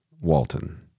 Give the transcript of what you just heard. walton